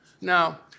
Now